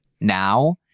now